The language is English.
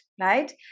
right